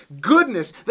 goodness